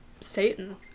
Satan